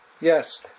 Yes